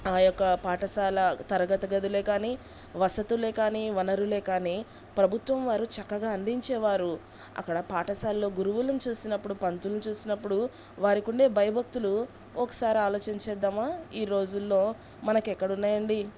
ఆ యొక్క పాఠశాల తరగతగదులే కానీ వసతులే కానీ వనరులే కానీ ప్రభుత్వం వారు చక్కగా అందించేవారు అక్కడ పాఠశాల్లో గురువులను చూసినప్పుడు పంతులుని చూసినప్పుడు వారి కుండే భయభక్తులు ఒకసారి ఆలోచించేద్దామా ఈ రోజుల్లో మనకెక్కడున్నాయండి